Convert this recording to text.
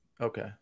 Okay